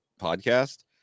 podcast